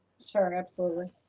sure, absolutely.